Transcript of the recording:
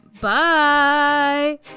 Bye